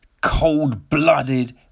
cold-blooded